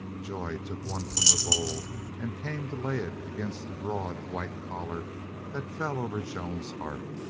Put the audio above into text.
joy took one from the bowl and came to lay it against the broad white collar that fell over joan's heart.